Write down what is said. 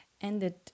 ended